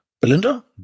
Belinda